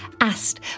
asked